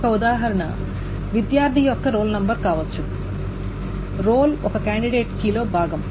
ఒక ఉదాహరణ విద్యార్థి యొక్క రోల్ నంబర్ కావచ్చు రోల్ ఒక కాండిడేట్ కీ లో భాగం